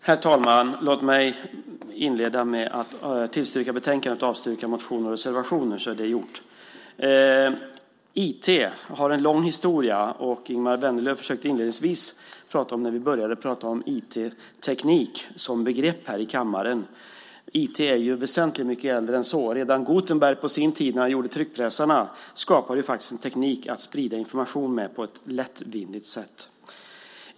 Herr talman! Låt mig inleda med att yrka bifall till utskottets förslag i betänkandet och avslag på motioner och reservationer. IT har en lång historia. Ingemar Vänerlöv försökte inledningsvis prata om när vi började använda IT som begrepp här i kammaren. IT är väsentligt mycket äldre än så. Redan Gutenberg på sin tid, när han gjorde tryckpressarna, skapade en teknik att sprida information på ett lättvindigt sätt.